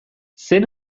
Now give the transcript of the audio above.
zen